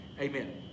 amen